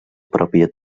pròpia